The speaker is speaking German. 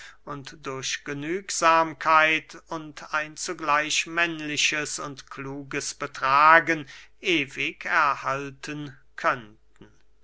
durch genügsamkeit und ein zugleich männliches und kluges betragen ewig erhalten